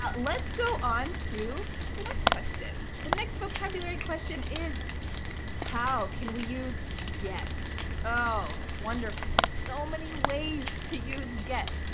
ah let's go on to the next question. the next vocabulary question is how can we use get? oh, wonderful. there's so many ways to use get.